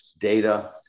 data